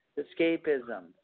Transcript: escapism